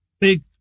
big